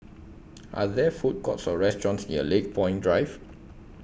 Are There Food Courts Or restaurants near Lakepoint Drive